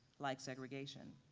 like segregation.